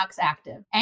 Active